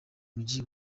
mujyi